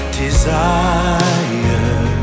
desire